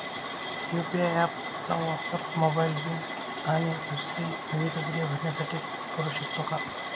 UPI app चा वापर mobile bill आणि दुसरी विविध बिले भरण्यासाठी करू शकतो का?